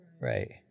right